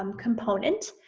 um component,